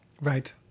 Right